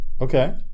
Okay